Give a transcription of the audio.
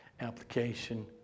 application